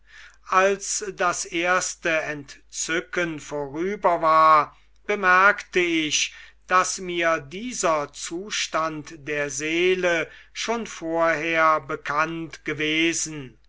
als das erste entzücken vorüber war bemerkte ich daß mir dieser zustand der seele schon vorher bekannt gewesen